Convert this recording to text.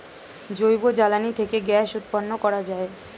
জৈব জ্বালানি থেকে গ্যাস উৎপন্ন করা যায়